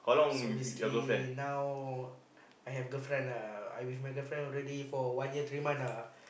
so basically now I have girlfriend ah I with my girlfriend already for one year three month ah